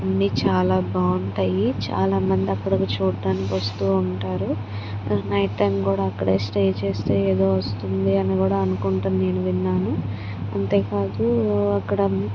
అన్నీ చాలా బాగుంటాయి చాలా మంది అక్కడికి చూడ్డానికి వస్తూ ఉంటారు నైట్ టైం కూడా అక్కడే స్టే చేస్తే ఏదో వస్తుంది అని కూడా అనుకుంటం నేను విన్నాను అంతేకాదు అక్కడ